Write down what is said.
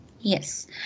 Yes